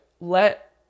let